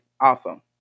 awesome